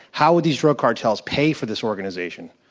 how would these drug cartels pay for this organization.